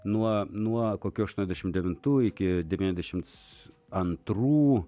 nuo nuo kokių aštuoniasdešimt devintų iki devyniasdešimt antrų